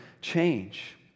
change